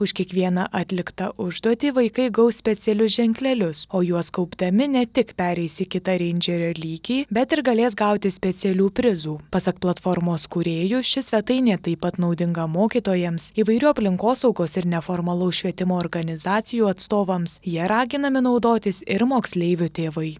už kiekvieną atliktą užduotį vaikai gaus specialius ženklelius o juos kaupdami ne tik pereis į kitą reindžerio lygį bet ir galės gauti specialių prizų pasak platformos kūrėjų ši svetainė taip pat naudinga mokytojams įvairių aplinkosaugos ir neformalaus švietimo organizacijų atstovams ja raginami naudotis ir moksleivių tėvai